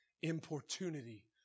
importunity